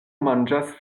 manĝas